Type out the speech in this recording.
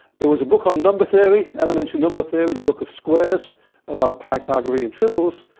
there was a book on number theory, elementary number theory, the book of squares about pythagorean triples.